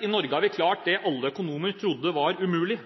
I Norge har vi klart det alle økonomer trodde var umulig.